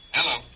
Hello